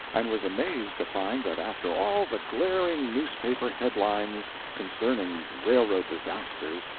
and was amazed to find that after all the glaring newspaper headlines concerning railroad disasters,